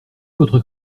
votre